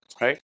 right